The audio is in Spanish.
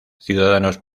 ciudadanos